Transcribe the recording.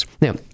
Now